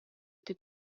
этой